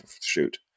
shoot